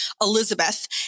Elizabeth